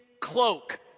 cloak